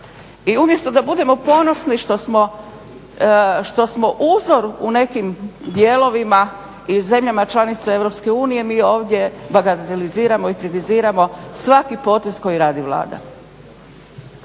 I umjesto da budemo ponosni što smo uzor u nekim dijelovima i zemljama članica EU mi ovdje bagateliziramo i kritiziramo svaki potez koji radi Vlada.